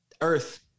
earth